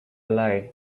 lie